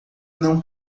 não